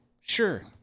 sure